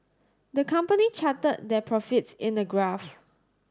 the company charted their profits in a graph